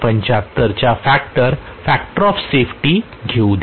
75 च्या factor of safety घेऊ द्या